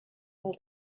molt